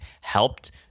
helped